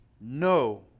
no